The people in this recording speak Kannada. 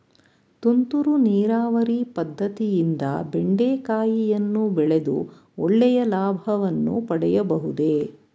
ತುಂತುರು ನೀರಾವರಿ ಪದ್ದತಿಯಿಂದ ಬೆಂಡೆಕಾಯಿಯನ್ನು ಬೆಳೆದು ಒಳ್ಳೆಯ ಲಾಭವನ್ನು ಪಡೆಯಬಹುದೇ?